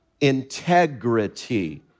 integrity